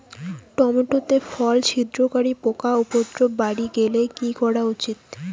Tomato তে ফল ছিদ্রকারী পোকা উপদ্রব বাড়ি গেলে কি করা উচিৎ?